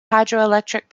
hydroelectric